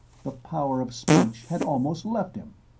the power of speech had almost left him.